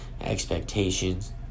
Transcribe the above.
expectations